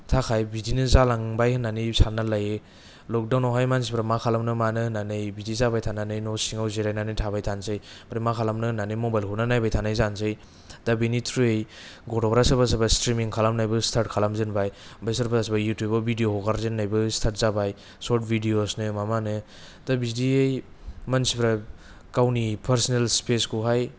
थाखाय बिदिनो जालांबाय होन्नानै सान्नानै लायो लकदाउनावहाय मानसिफोरा मा खालामनो मानो होन्नानै बिदि जाबाय थानानै न' सिङाव जिरायनानै थाबाय थानोसै आरो मा खालामनो होन्नानै मबाइलखौनो नायबाय थानाय जानोसै दा बेनि थ्रुयै गथ'फ्रा सोरबा सोरबा स्त्रिमिं खालामनोबो स्तार्त खालाम जेनबाय ओमफ्राय सोरबा सोरबा इउतुब भिदिअ हगारजेन्नोबो स्तार्त जाबाय सर्त भिदिअसनो माबानो दा बिदियै मानसिफ्रा गावनि पार्सनेल स्पेसखौहाय